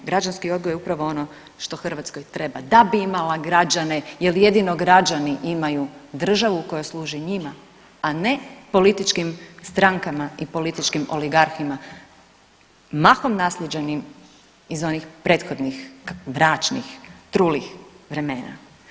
Građanski je odgoj upravo ono što Hrvatskoj treba da bi imala građane jer jedino građani imaju državu koja služi njima, a ne političkim strankama i političkim oligarhima mahom naslijeđenih iz onih prethodnih mračnih, trulih vremena.